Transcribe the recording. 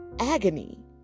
agony